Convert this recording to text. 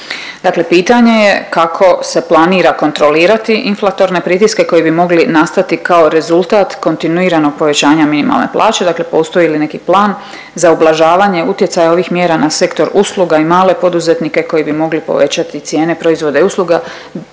Dakle pitanje je kako se planira kontrolirati inflatorne pritiske koji bi mogli nastati kao rezultat kontinuiranog povećanja minimalne plaće, dakle postoji li neki plan za ublažavanje utjecaja ovih mjera na sektor usluga i male poduzetnike koji bi mogli povećati cijene proizvoda i usluga